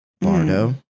Bardo